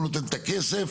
הוא נותן את הכסף.